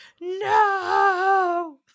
no